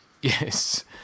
Yes